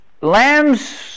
Lambs